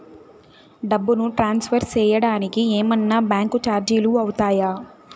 డబ్బును ట్రాన్స్ఫర్ సేయడానికి ఏమన్నా బ్యాంకు చార్జీలు అవుతాయా?